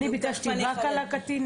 אני ביקשתי רק על הקטין?